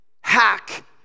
hack